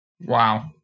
Wow